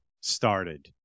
started